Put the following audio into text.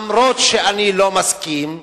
אף-על-פי שאני לא מסכים,